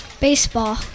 baseball